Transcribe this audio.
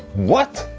what?